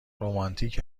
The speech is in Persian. رومانتیک